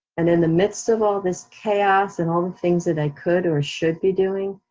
and in the midst of all this chaos and all the things that i could or should be doing,